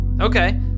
Okay